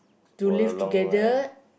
to live together